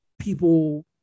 people